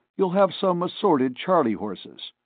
you'll have some assorted charley horses.